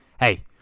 Hey